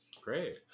Great